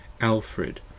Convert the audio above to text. Alfred